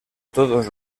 todos